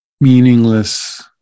meaningless